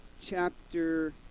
chapter